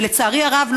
ולצערי הרב,